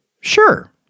Sure